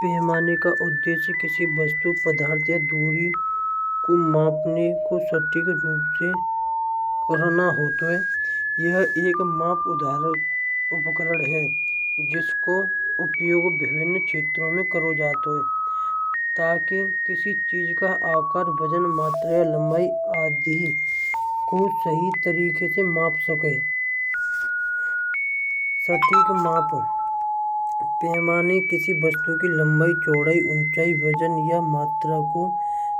पैमाने का उद्देश्य किसी वास्तु पदार्थ या दूरी को मापने को सटीक रूप से पढ़ना होता है। यह एक माप उदाहरण उपकरण है। जिसको उपयोग विभिन्न क्षेत्रों में करो जाता है। ताकि किसी चीज का आकार वजन, मात्रा लंबाई आदि को सही तरीके से माप सकें। सटीक माप, पैमाने किसी वास्तु की लंबाई चौड़ाई ऊंचाई वजन या मात्रा को